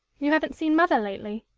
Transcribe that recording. you haven't seen mother lately?